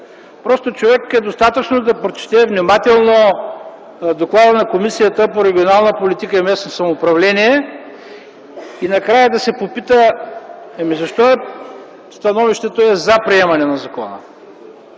Достатъчно е човек да прочете внимателно доклада на Комисията по регионална политика и местно самоуправление и накрая да се запита: защо становището е „за” приемане на закона?